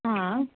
हां